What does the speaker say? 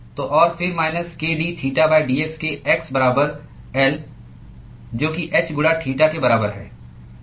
तो और फिर minus k d theta dx के x बराबर L जो कि h गुणा थीटा के बराबर है